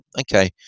okay